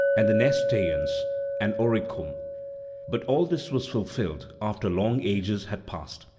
and the nestaeans and oricum but all this was fulfilled after long ages had passed.